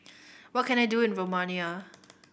what can I do in Romania